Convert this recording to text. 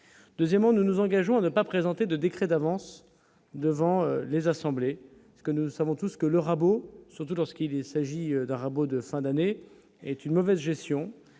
deuxièmement, nous nous engageons à ne pas présenter de décrets d'avance devant les assemblées, ce que nous savons tous ce que le rabot, surtout lorsqu'il est-ce agit d'rabot de fin d'année est une mauvaise gestion,